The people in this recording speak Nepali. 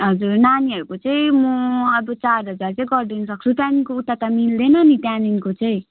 हजुर नानीहरूको चाहिँ म अब चार हजार चाहिँ गरिदिनु सक्छु त्यहाँदेखिको उता त मिल्दैन नि त्यहाँदेखिको चाहिँ